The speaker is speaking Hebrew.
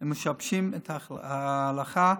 הם משבשים את ההלכה,